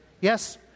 Yes